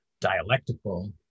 dialectical